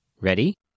Ready